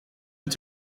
het